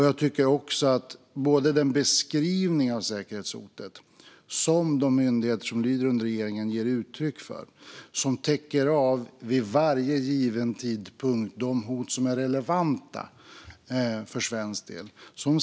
Jag tänker också på den beskrivning av säkerhetshotet som de myndigheter som lyder under regeringen ger uttryck för när de vid varje given tidpunkt täcker av de hot som är relevanta för svensk del.